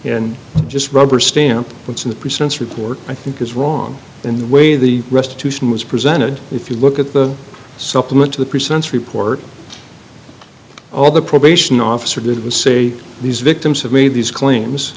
and just rubber stamp what's in the percents report i think is wrong in the way the restitution was presented if you look at the supplement to the percents report all the probation officer did was say these victims have made these claims